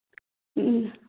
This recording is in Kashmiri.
اۭں